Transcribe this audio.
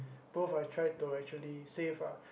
both I try to actually save ah